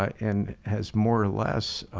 and has more or less